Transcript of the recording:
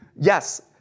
Yes